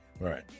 right